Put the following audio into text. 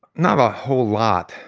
not a whole lot,